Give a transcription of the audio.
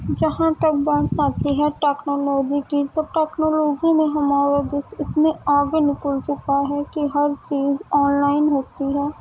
جہاں تک بات آتی ہے ٹیکنالوجی کی تو ٹیکنالوجی میں ہمارا دیش اتنا آگے نکل چکا ہے کہ ہر چیز آن لائن ہوتی ہے